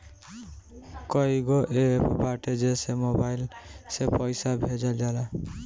कईगो एप्प बाटे जेसे मोबाईल से पईसा भेजल जाला